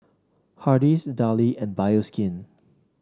Hardy's Darlie and Bioskin